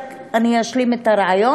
אני רק אשלים את הרעיון,